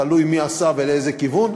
תלוי מי עשה ולאיזה כיוון.